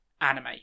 anime